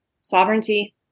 sovereignty